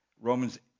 Romans